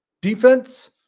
Defense